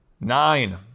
Nine